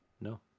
No